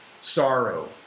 sorrow